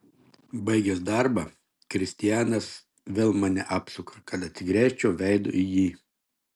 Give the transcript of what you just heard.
baigęs darbą kristianas vėl mane apsuka kad atsigręžčiau veidu į jį